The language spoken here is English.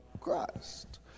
Christ